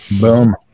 Boom